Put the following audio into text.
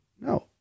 No